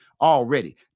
already